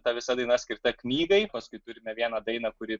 ta visa daina skirta knygai paskui turime vieną dainą kuri